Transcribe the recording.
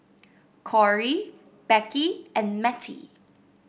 Korey Becky and Mettie